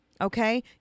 Okay